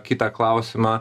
kitą klausimą